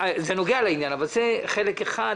זה נוגע לעניין אבל זה חלק אחד.